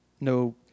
no